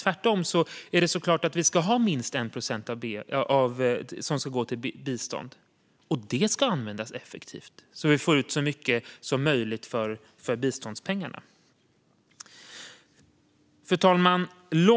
Tvärtom är det självklart att minst 1 procent ska gå till bistånd - och att det ska användas effektivt, så att vi får ut så mycket som möjligt för biståndspengarna. Fru talman!